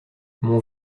mon